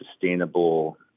sustainable